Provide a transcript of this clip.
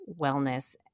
wellness